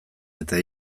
eta